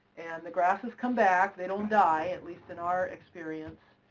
and the grasses come back. they don't die at least in our experience.